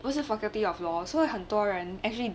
不是 faculty of law so 很多人 actually